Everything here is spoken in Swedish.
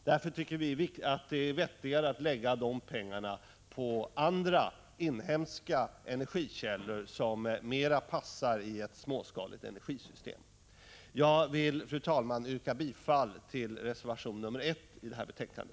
Därför tycker vi att det är vettigare att lägga pengarna på andra, inhemska energikällor som bättre passar i ett småskaligt energisystem. Fru talman! Jag yrkar bifall till reservation 1 i detta betänkande.